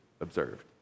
observed